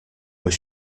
were